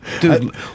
dude